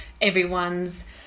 everyone's